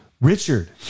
Richard